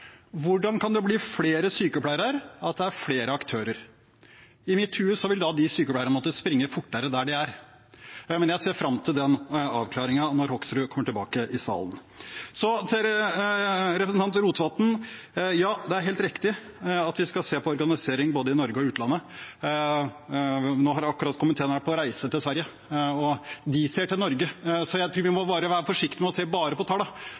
Hvordan kan det bli flere sykepleiere av at det er flere aktører? I mitt hode vil de sykepleierne da måtte springe fortere der de er. Jeg ser fram til den avklaringen når Hoksrud kommer tilbake til salen. Til representanten Rotevatn: Ja, det er helt riktig at vi skal se på organiseringen i både Norge og utlandet. Komiteen har akkurat vært på reise til Sverige, og de ser til Norge. Så jeg tror vi må være forsiktige med å se bare på